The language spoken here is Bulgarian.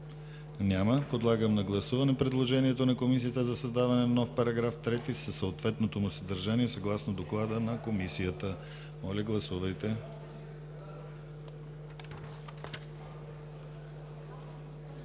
Няма. Подлагам на гласуване предложенията на Комисията за създаване на нови параграфи 5 и 6 със съответното им съдържание, съгласно доклада на Комисията. Гласували